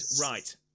right